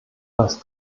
das